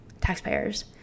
taxpayers